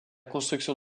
construction